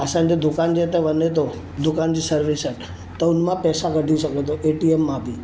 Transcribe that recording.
असांजे दुकान जे हिते वञे थो दुकान जी सर्विस आहे त हुनमां पैसा कढी सघो था ए टी एम मां बि